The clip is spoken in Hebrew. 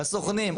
הסוכנים,